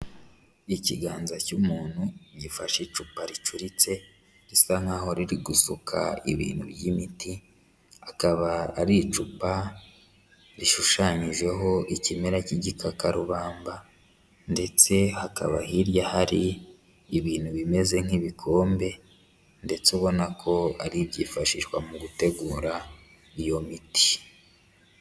Ikiganza cy'umuntu gifashe icupa ricuritse risa nk'aho riri gusuka ibintu by'imiti, akaba ari icupa rishushanyijeho ikimera cy'igikakarubamba ndetse hakaba hirya hari ibintu bimeze nk'ibikombe ndetse ubona ko ari ibyifashishwa mu gutegura iyo miti.